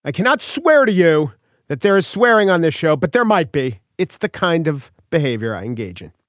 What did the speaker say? i cannot swear to you that there is swearing on this show but there might be it's the kind of behavior i engage in